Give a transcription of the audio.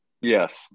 Yes